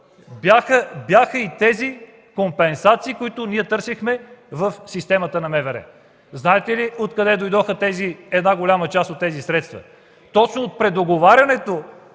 бяха и тези компенсации, които ние търсехме в системата на МВР. Знаете ли откъде дойде една голяма част от тези средства? Точно от предоговарянето